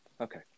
Okay